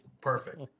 Perfect